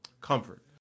comfort